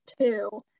two